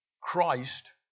Christ